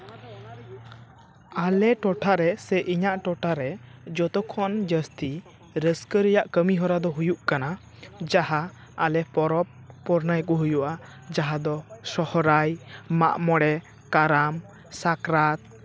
ᱟᱞᱮ ᱴᱚᱴᱷᱟᱨᱮ ᱥᱮ ᱤᱧᱟᱹᱜ ᱴᱚᱴᱷᱟᱨᱮ ᱡᱚᱛᱚᱠᱷᱚᱱ ᱡᱟᱹᱥᱛᱤ ᱨᱟᱹᱥᱠᱟᱹ ᱨᱮᱭᱟᱜ ᱠᱟᱹᱢᱤ ᱦᱚᱨᱟ ᱫᱚ ᱦᱩᱭᱩᱜ ᱠᱟᱱᱟ ᱡᱟᱦᱟᱸ ᱟᱞᱮ ᱯᱚᱨᱚᱵᱽ ᱯᱩᱱᱟᱹᱭ ᱠᱚ ᱦᱩᱭᱩᱜᱼᱟ ᱡᱟᱦᱟᱸ ᱫᱚ ᱥᱚᱦᱚᱨᱟᱭ ᱢᱟᱜ ᱢᱚᱲᱮ ᱠᱟᱨᱟᱢ ᱥᱟᱠᱨᱟᱛ